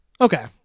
Okay